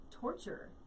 torture